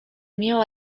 miała